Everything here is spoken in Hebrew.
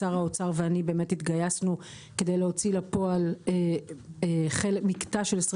שר האוצר ואני באמת התגייסנו כדי להוציא לפועל מקטע של 20